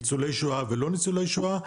ניצולי שואה ולא ניצולי שואה,